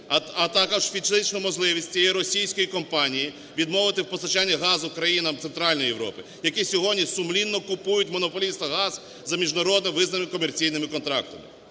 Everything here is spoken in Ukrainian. А також фізичну можливості цієї російської компанії відмовити в постачанні газу країнам Центральної Європи, які сьогодні сумлінно купують в монополіста газ за міжнародно визнаними комерційними контрактами.